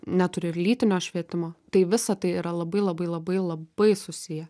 neturi ir lytinio švietimo tai visa tai yra labai labai labai labai susiję